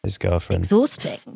exhausting